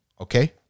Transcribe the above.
okay